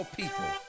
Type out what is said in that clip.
people